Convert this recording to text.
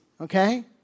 okay